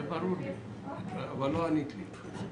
זה ברור לי אבל לא ענית לשאלתי.